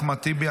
אחמד טיבי,